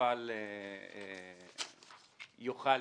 המפעל יוכל